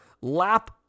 lap